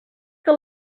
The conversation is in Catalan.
que